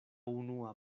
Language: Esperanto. unua